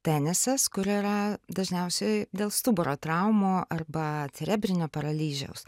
tenisas kur yra dažniausiai dėl stuburo traumų arba cerebrinio paralyžiaus